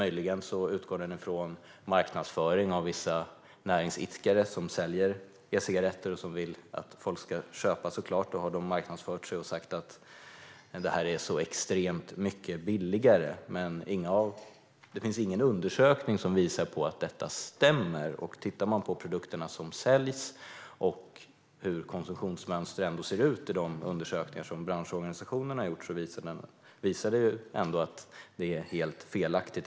Möjligen utgår den från marknadsföring hos vissa näringsidkare som säljer e-cigaretter och som vill att folk ska köpa dem. De har marknadsfört sig genom att säga att e-cigaretter är så extremt mycket billigare. Beskattning av elektro-niska cigaretter och vissa andra nikotin-haltiga produkter Men det finns igen undersökning som visar att detta stämmer. Tittar man på de produkter som säljs och hur konsumtionsmönstret ser ut i de undersökningar som branschorganisationerna har gjort visar det sig att detta är helt felaktigt.